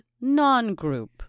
non-group